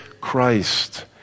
christ